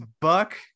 Buck